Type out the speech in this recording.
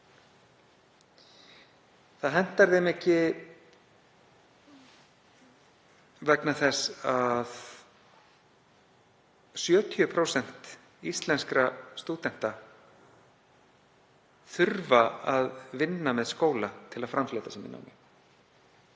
Það hentar þeim ekki vegna þess að 70% íslenskra stúdenta þurfa að vinna með skóla til að framfleyta sér í námi.